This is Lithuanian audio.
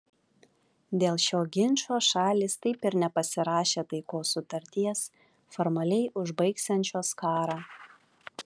dėl šio ginčo šalys taip ir nepasirašė taikos sutarties formaliai užbaigsiančios karą